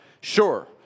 Sure